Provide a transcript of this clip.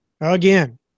again